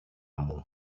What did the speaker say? μου